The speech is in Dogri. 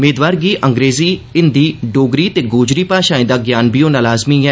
मेदवार गी अंग्रेजी हिंदी डोगरी ते गोजरी भाषाए दा ज्ञान बी होना लाज़मी ऐ